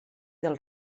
del